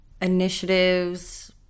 initiatives